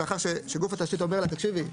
לאחר שגוף התשתית אומר לה: תקשיבי,